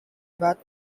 bath